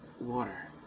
water